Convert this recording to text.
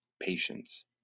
patience